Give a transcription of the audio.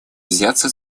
взяться